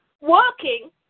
Working